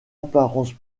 apparence